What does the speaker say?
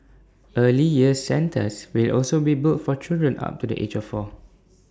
early years centres will also be built for children up to the age of four